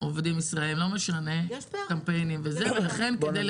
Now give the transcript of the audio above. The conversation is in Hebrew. עובדים זרים, לא משנה קמפיינים וכו'.